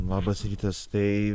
labas rytas tai